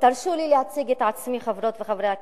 תרשו לי להציג את עצמי, חברות וחברי הכנסת,